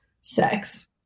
sex